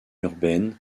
urbaines